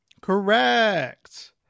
correct